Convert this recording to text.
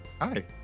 Hi